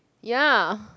ya